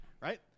right